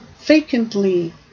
vacantly